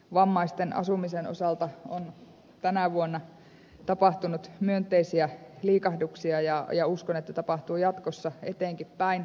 vammaisten asumisen osalta on tänä vuonna tapahtunut myönteisiä liikahduksia ja uskon että tapahtuu jatkossa eteenkinpäin